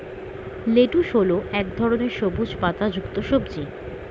lettuce হল এক ধরনের সবুজ পাতাযুক্ত সবজি